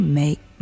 make